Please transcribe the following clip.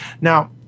Now